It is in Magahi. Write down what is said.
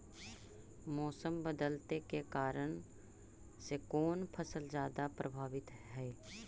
मोसम बदलते के कारन से कोन फसल ज्यादा प्रभाबीत हय?